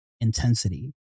intensity